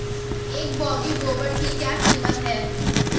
एक बोगी गोबर की क्या कीमत है?